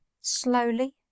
Slowly